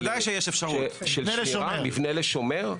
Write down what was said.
מבנה לשומר?